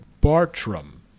Bartram